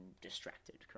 distracted